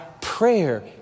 prayer